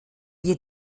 wir